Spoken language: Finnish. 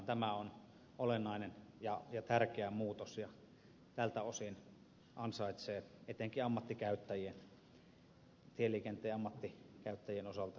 tämä on olennainen ja tärkeä muutos ja tältä osin ansaitsee etenkin tieliikenteen ammattikäyttäjien osalta kiitoksen